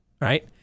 right